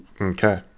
Okay